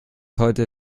heute